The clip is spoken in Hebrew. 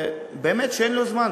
באמת, אין לו זמן.